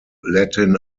latin